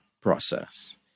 process